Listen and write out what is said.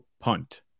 punt